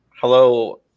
hello